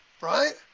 right